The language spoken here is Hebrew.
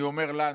אני אומר לנו,